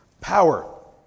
power